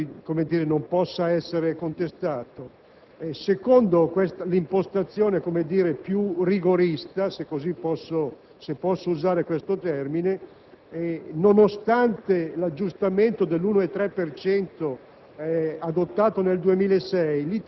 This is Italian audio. credo che tale dato non possa essere contestato. Secondo l'impostazione più rigorista (se posso utilizzare questo termine), nonostante l'aggiustamento dell'1,3